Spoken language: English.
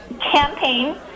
campaign